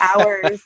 hours